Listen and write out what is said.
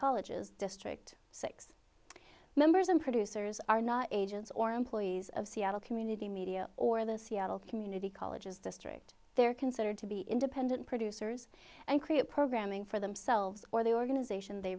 colleges district six members and producers are not agents or employees of seattle community media or the seattle community colleges district they are considered to be independent producers and create programming for themselves or the organization they